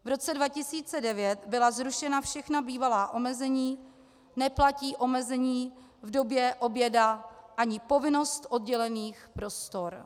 V roce 2009 byla zrušena všechna bývalá omezení, neplatí omezení v době oběda ani povinnost oddělených prostor.